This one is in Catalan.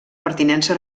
pertinença